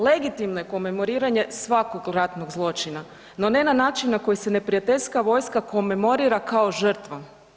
Legitimno je komemoriranje svakog ratnog zločina, no ne na način na koji se neprijateljska vojska komemorira kao žrtva.